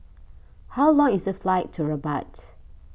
how long is the flight to Rabat